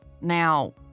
Now